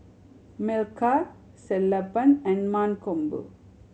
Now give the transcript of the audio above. Milkha Sellapan and Mankombu